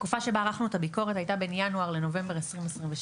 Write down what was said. התקופה שבה ערכנו את הביקורת הייתה בין ינואר לנובמבר 2022,